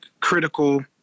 critical